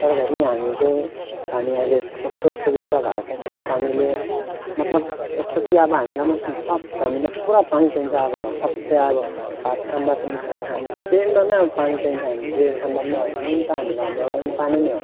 तर भए पनि हामी चाहिँ पानी अहिले कस्तो सुबिस्ता भएको छ कि पानीले मतलब यस्तो कि अब हामीलाई मतलब सब हामीलाई पुरा पानी चाहिन्छ अब सब अब भात खाँदा पनि पाइखाना जेमा पनि अब पानी चाहिन्छ हामीलाई जे खाँदा पनि मेन त हामीलाई हाम्रो लागि पानी नै हो